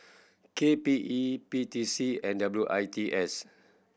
K P E P T C and W I T S